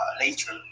later